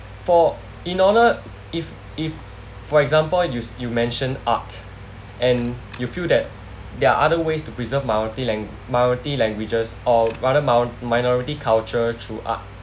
for in order if if for example you s~ you mentioned art and you feel that there are other ways to preserve minority lang~ minority languages or rather min~ minority culture through art